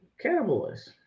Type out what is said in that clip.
Cowboys